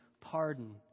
pardon